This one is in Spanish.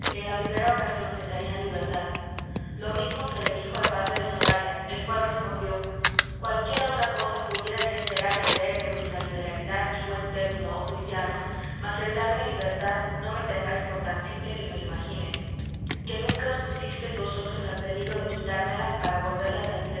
la primera ocasión les darían libertad lo mismo se le dijo al padre de zoraida el cual respondió cualquiera otra cosa pudiera yo esperar y creer de vuestra liberalidad y buen término oh cristianos mas el darme libertad no me tengáis por tan simple que lo imagine que nunca os pusistes vosotros al peligro de quitármela para volverla